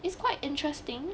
it's quite interesting